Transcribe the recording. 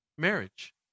marriage